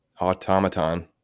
automaton